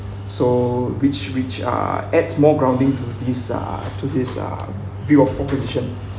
so which which are adds more grounding to this uh to this uh view of opposition